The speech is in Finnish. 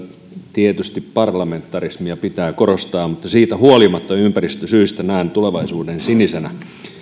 tietysti parlamentarismia pitää korostaa mutta siitä huolimatta ympäristösyistä näen tulevaisuuden sinisenä